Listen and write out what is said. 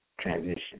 transition